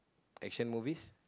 action movies